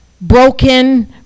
broken